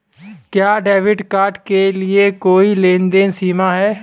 क्या debit card के लिए कोई लेनदेन सीमा है?